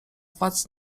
władz